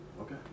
okay